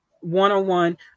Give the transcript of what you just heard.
one-on-one